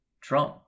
Trump